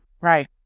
Right